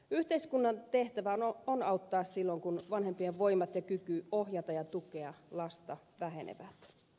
yhteiskunnan tehtävä on auttaa silloin kun vanhempien voimat ja kyky ohjata ja tukea lasta vähenevät